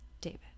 David